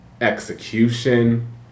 execution